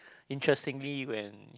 interesting when